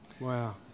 Wow